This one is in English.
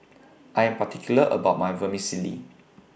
I Am particular about My Vermicelli